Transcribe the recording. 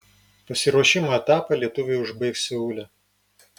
pasiruošimo etapą lietuviai užbaigs seule